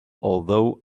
although